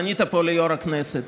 פנית פה ליו"ר הכנסת,